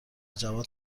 جواد